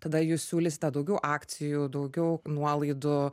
tada jūs siūlysite daugiau akcijų daugiau nuolaidų